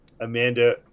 Amanda